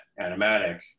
animatic